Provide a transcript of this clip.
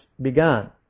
begun